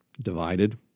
Divided